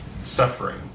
suffering